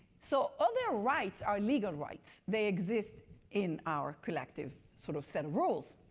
so all their rights are legal rights. they exist in our collective sort of set of rules.